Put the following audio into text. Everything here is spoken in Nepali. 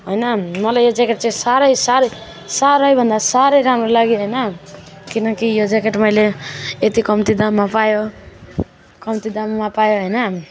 होइन मलाई यो ज्याकेट चाहिँ साह्रै साह्रै साह्रैभन्दा साह्रै राम्रो लाग्यो होइन किनकि यो ज्याकेट मैले यति कम्ती दाममा पायो कम्ती दाममा पायो होइन